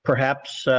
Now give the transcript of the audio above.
perhaps, ah,